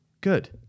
Good